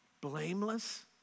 blameless